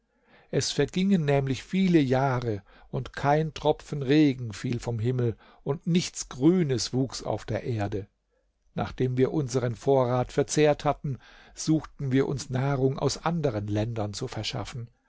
es vergingen nämlich viele jahre und kein tropfen regen fiel vom himmel und nichts grünes wuchs auf der erde nachdem wir unseren vorrat verzehrt hatten suchten wir uns nahrung aus anderen ländern zu verschaffen